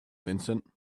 vincent